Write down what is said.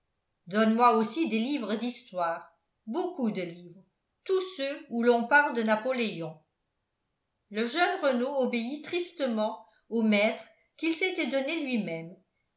donne-moi aussi des livres d'histoire beaucoup de livres tous ceux où l'on parle de napoléon le jeune renault obéit tristement au maître qu'il s'était donné lui-même